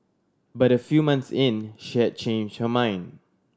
but a few months in she had change her mind